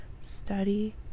study